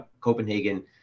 Copenhagen